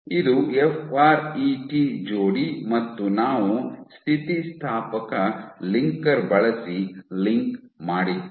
ಇದು F R E T ಜೋಡಿ ಮತ್ತು ನಾವು ಸ್ಥಿತಿಸ್ಥಾಪಕ ಲಿಂಕರ್ ಬಳಸಿ ಲಿಂಕ್ ಮಾಡಿದ್ದೇವೆ